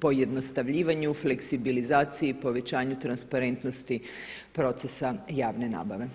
pojednostavljivanju fleksibilizaciji povećanju transparentnosti procesa javne nabave.